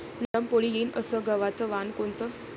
नरम पोळी येईन अस गवाचं वान कोनचं?